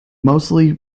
mostly